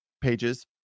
pages